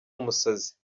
umusazi